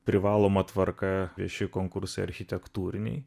privaloma tvarka vieši konkursai architektūriniai